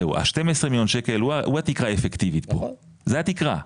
זהו ה-12 מיליון שקל הוא התקרה האפקטיבית פה זה התקרה,